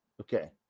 Okay